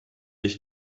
ich